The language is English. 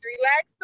Relax